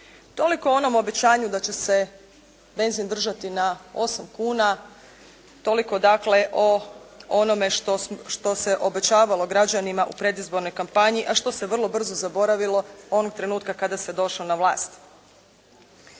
Toliko o onom obećanju da će se benzin držati na 8 kuna. Toliko dakle o onome što se obećavalo građanima u predizbornoj kampanji a što se vrlo brzo zaboravilo onog trenutka kada se došlo na vlast.